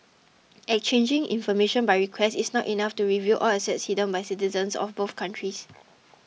exchanging information by request is not enough to reveal all assets hidden by citizens of both countries